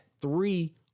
three